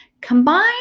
combine